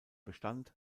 bestand